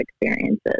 experiences